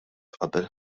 qabel